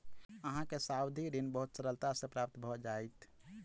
अहाँ के सावधि ऋण बहुत सरलता सॅ प्राप्त भ जाइत